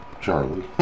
Charlie